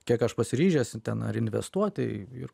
kiek aš pasiryžęs į ten ar investuoti ir